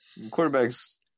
quarterbacks